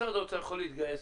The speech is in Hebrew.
משרד האוצר יכול להתגייס,